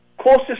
closest